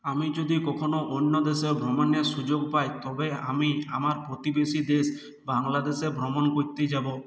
আমি যদি কখনও অন্য দেশে ভ্রমণের সুযোগ পাই তবে আমি আমার প্রতিবেশী দেশ বাংলাদেশে ভ্রমণ করতে যাবো